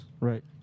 Right